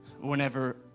whenever